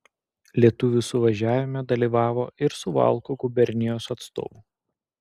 lietuvių suvažiavime dalyvavo ir suvalkų gubernijos atstovų